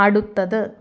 അടുത്തത്